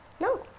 No